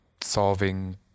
solving